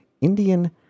Indian